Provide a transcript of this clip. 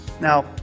Now